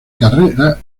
carrera